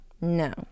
No